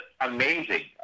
amazing